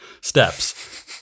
Steps